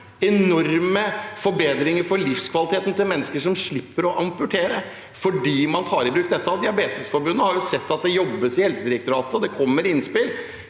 enorme forbedringer av livskvaliteten til mennesker som slipper å amputere, fordi man tar i bruk dette. Diabetesforbundet har sett at det jobbes i Helsedirektoratet, og det kommer innspill,